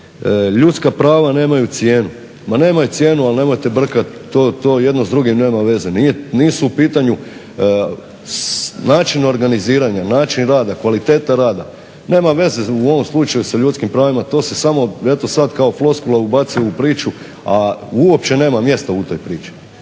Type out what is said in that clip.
ljudska prava nemaju cijenu, ma nemaju cijenu ali nemojte brkat to jedno s drugim nema veze. Nisu u pitanju način organiziranja, način rada, kvaliteta rada, nema veze u ovom slučaju sa ljudski pravima. To se samo eto sad kao floskula ubacuje u priču, a uopće nema mjesta u toj priči.